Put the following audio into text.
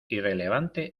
irrelevante